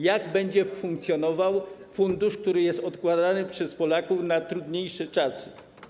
Jak będzie funkcjonował fundusz, w którym są środki odkładane przez Polaków na trudniejsze czasy?